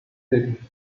visits